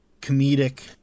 comedic